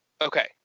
Okay